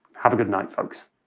have a good night, folks.